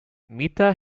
meta